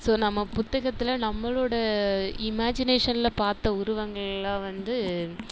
so நம்ம புத்தகத்தில் நம்மளோட இமாஜினேஷனில் பார்த்த உருவங்கள்லாம் வந்து